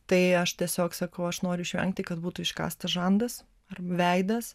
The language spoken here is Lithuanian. tai aš tiesiog sakau aš noriu išvengti kad būtų iškąstas žandas ar veidas